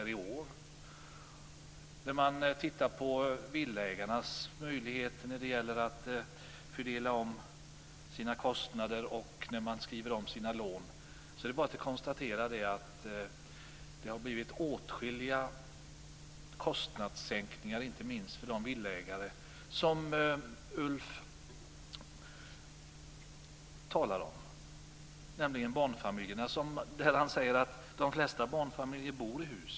När det gäller villaägarnas möjligheter att fördela om sina kostnader och skriva om sina lån har det blivit åtskilliga kostnadssänkningar, inte minst för de villaägare som Ulf Björklund talar om, nämligen barnfamiljerna. Han säger att de flesta barnfamiljer bor i hus.